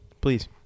Please